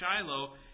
Shiloh